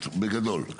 בגדול.